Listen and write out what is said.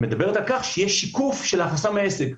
מדברת על כך שיהיה שיקוף של ההכנסה מעסק.